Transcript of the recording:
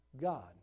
God